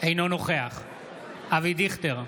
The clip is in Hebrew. אינו נוכח אבי דיכטר,